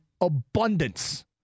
abundance